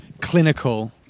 clinical